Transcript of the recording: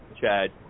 Chad